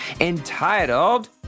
entitled